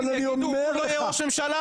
אני מדבר איתך לגופו של עניין,